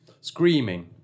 screaming